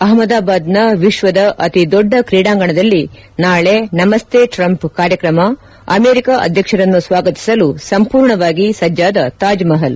ಅಹಮದಾಬಾದ್ನ ವಿಶ್ಲದ ಅತಿ ದೊಡ್ಡ ಕ್ರೀಡಾಂಗಣದಲ್ಲಿ ನಾಳೆ ನಮಸ್ತೆ ಟ್ರಂಪ್ ಕಾರ್ಯಕ್ರಮ ಅಮೆರಿಕ ಅಧ್ಯಕ್ಷರನ್ನು ಸ್ವಾಗತಿಸಲು ಸಂಪೂರ್ಣವಾಗಿ ಸಜ್ಣಾದ ತಾಜ್ಮಹಲ್